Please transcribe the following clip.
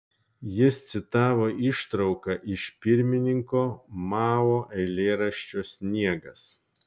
jis citavo ištrauką iš pirmininko mao eilėraščio sniegas